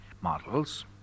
models